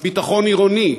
ביטחון עירוני.